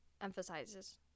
emphasizes